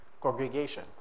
congregation